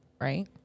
right